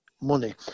money